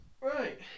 Right